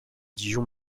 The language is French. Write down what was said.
dijon